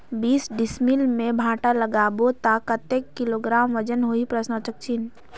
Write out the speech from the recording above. बीस डिसमिल मे भांटा लगाबो ता कतेक किलोग्राम वजन होही?